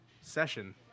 Session